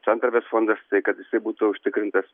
santarvės fondas tai kad jisai būtų užtikrintas